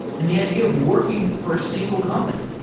and the idea of working for a single company.